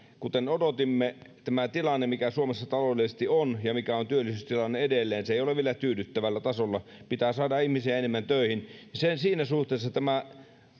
kuten odotimme tämä tilanne mikä suomessa taloudellisesti on ja millainen on työllisyys edelleen ei ole vielä tyydyttävällä tasolla pitää saada ihmisiä enemmän töihin siinä suhteessa tämä